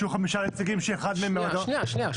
שיהיו חמישה נציגים שאחד מהם --- שנייה.